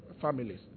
families